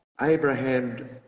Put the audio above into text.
Abraham